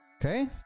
Okay